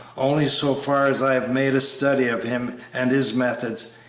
only so far as i have made a study of him and his methods,